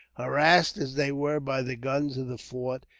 harassed as they were by the guns of the fort,